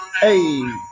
Hey